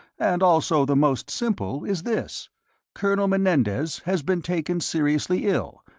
and also the most simple, is this colonel menendez has been taken seriously ill,